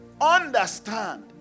understand